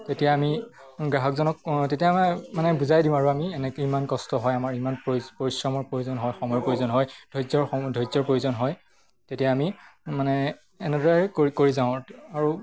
তেতিয়া আমি গ্ৰাহকজনক তেতিয়া আমাৰ মানে বুজাই দিওঁ আৰু আমি এনেকে ইমান কষ্ট হয় আমাৰ ইমান পৰিশ্ৰমৰ প্ৰয়োজন হয় সময়ৰ প্ৰয়োজন হয় ধৈৰ্যৰ ধৈৰ্যৰ প্ৰয়োজন হয় তেতিয়া আমি মানে এনেদৰে কৰি কৰি যাওঁ আৰু